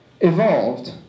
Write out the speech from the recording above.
evolved